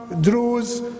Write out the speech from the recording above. Druze